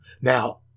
Now